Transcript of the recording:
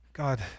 God